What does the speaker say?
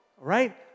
right